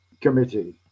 committee